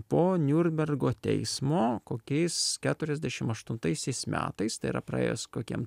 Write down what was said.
po niurbergo teismo kokiais keturiasdešim aštuntaisiais metais tai yra praėjus kokiem